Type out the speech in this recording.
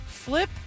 Flip